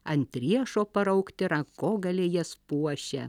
ant riešo paraukti rankogaliai jas puošia